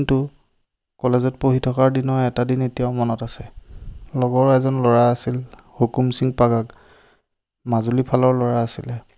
কিন্তু কলেজত পঢ়ি থকা দিনৰ এটা দিন এতিয়াও মনত আছে লগৰ এজন ল'ৰা আছিল হুকুম সিং পাগক মাজুলী ফালৰ ল'ৰা আছিলে